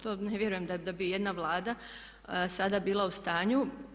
To ne vjerujem da bi ijedna Vlada sada bila u stanju.